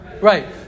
Right